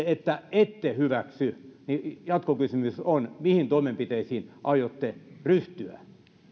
että ette hyväksy niin jatkokysymys on mihin toimenpiteisiin aiotte ryhtyä